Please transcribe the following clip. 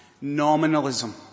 Nominalism